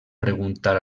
preguntar